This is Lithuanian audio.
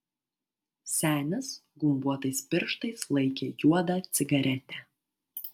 senis gumbuotais pirštais laikė juodą cigaretę